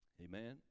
Amen